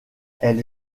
elle